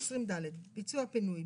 20ד. ביצוע הפינוי.